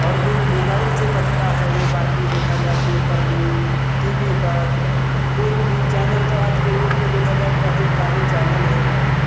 और जो मुबाइल से बचता है वो बाकी देखा जाए पेपर में टी वी पर कोई भी चैनल तो आज के युग में देखा जाए बहुत सारे चैनल हो गए हैं